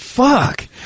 Fuck